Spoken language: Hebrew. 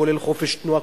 כולל חופש תנועה,